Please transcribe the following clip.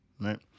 right